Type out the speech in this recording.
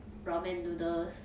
ramen noodles